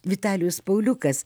vitalijus pauliukas